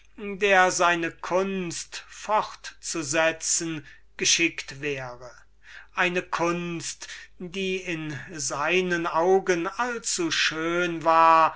der seine kunst fortzusetzen geschickt wäre eine kunst die in seinen augen allzuschön war